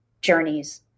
journeys